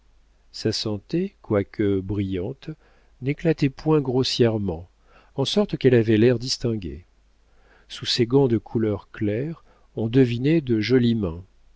sa santé quoique brillante n'éclatait point grossièrement en sorte qu'elle avait l'air distingué sous ses gants de couleur claire on devinait de jolies mains